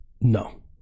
no